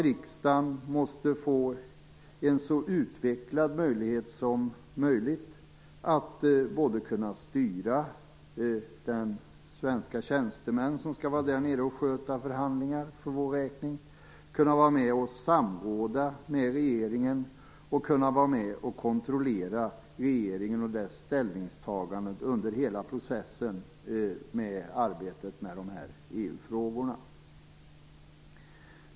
Riksdagen måste få en så utvecklad möjlighet som möjligt att styra de svenska tjänstemän som skall vara där nere och sköta förhandlingar för vår räkning, vara med och samråda med regeringen och vara med och kontrollera regeringen och dess ställningstaganden under hela processen i arbetet med EU-frågorna.